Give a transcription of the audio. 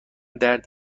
درد